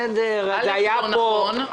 זה לא נכון,